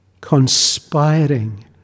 conspiring